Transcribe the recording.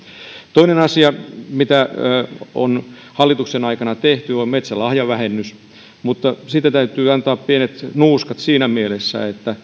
toinen asia mitä on hallituksen aikana tehty on metsälahjavähennys mutta sitten täytyy antaa pienet nuuskat siinä mielessä että